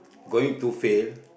going to fail